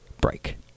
break